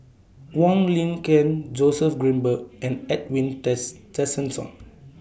Wong Lin Ken Joseph Grimberg and Edwin Tessensohn